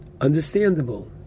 Understandable